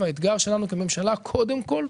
והאתגר שלנו כממשלה קודם כול,